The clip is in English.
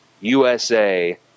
USA